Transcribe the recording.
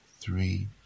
three